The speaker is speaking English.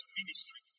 ministry